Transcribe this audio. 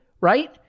right